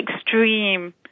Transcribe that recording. extreme